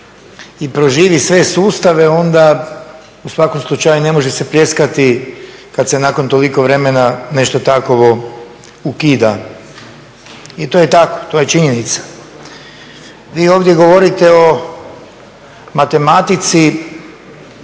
i proživi sve sustave onda u svakom slučaju ne može se pljeskati kad se nakon toliko vremena nešto takvo ukida. I to je tako, to je činjenica. Vi ovdje govorite o matematici,